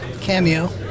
cameo